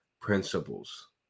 principles